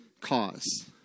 cause